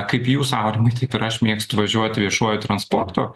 kaip jūs aurimai taip ir aš mėgstu važiuoti viešuoju transportu